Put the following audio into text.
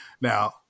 now